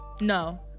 No